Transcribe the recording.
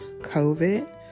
COVID